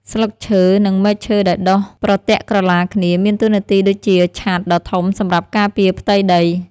ស្លឹកឈើ និងមែកឈើដែលដុះប្រទាក់ក្រឡាគ្នាមានតួនាទីដូចជាឆត្រដ៏ធំសម្រាប់ការពារផ្ទៃដី។